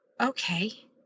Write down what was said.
okay